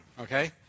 okay